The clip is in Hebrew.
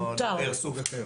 זה משהו אחר לגמרי.